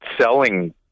selling